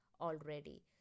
already